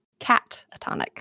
catatonic